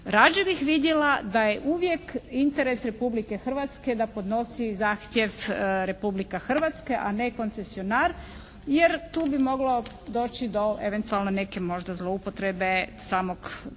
Rađe bih vidjela da je uvijek interes Republike Hrvatske da podnosi zahtjev Republike Hrvatske, a ne koncesionar jer tu bi moglo doći do eventualno neke možda zloupotrebe samog tog,